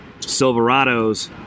Silverados